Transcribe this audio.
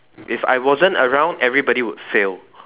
if I wasn't around everybody would fail